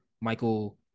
Michael